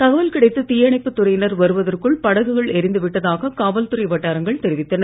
தகவல் கிடைத்து தீயணைப்பு துறையினர் வருவதற்குள் படகுகள் எரிந்து விட்டதாக காவல்துறை வட்டாரங்கள் தெரிவித்தன